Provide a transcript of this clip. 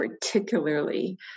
particularly